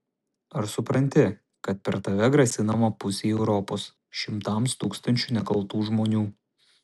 ar supranti kad per tave grasinama pusei europos šimtams tūkstančių nekaltų žmonių